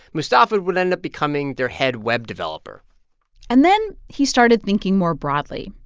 mustafa would end up becoming their head web developer and then he started thinking more broadly.